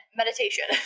meditation